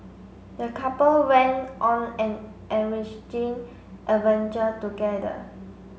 the couple went on an enriching adventure together